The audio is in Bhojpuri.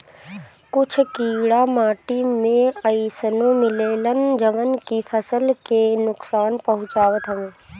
कुछ कीड़ा माटी में अइसनो मिलेलन जवन की फसल के नुकसान पहुँचावत हवे